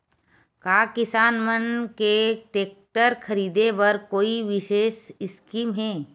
का किसान मन के टेक्टर ख़रीदे बर कोई विशेष स्कीम हे?